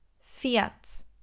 Fiat